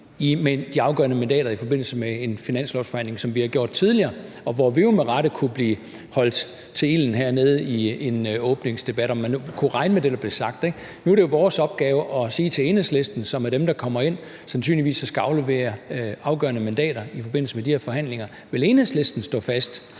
med de afgørende mandater i forbindelse med en finanslovsforhandling, som vi har gjort tidligere, og hvor vi jo med rette kunne blive holdt til ilden hernede i en åbningsdebat, i forhold til om man nu kunne regne med det, der blev sagt. Nu er det jo vores opgave at sige til Enhedslisten, som er dem, der – sandsynligvis – kommer ind og skal aflevere afgørende mandater i forbindelse med de her forhandlinger, om Enhedslisten vil stå fast.